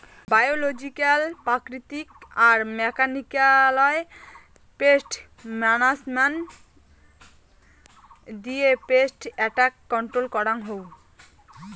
biological প্রাকৃতিক আর মেকানিক্যালয় পেস্ট মানাজমেন্ট দিয়ে পেস্ট এট্যাক কন্ট্রল করাঙ হউ